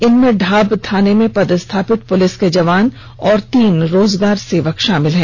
इनमें ढाब थाना में पदस्थापित पुलिस के जवान और तीन रोजगार सेवक शामिल है